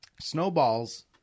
snowballs